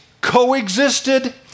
coexisted